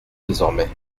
désormais